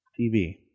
TV